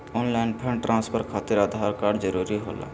Online fund transfer खातिर Aadhaar card जरूरी होला?